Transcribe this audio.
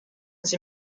sie